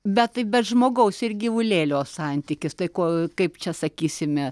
bet bet žmogaus ir gyvulėlio santykis tai ko kaip čia sakysime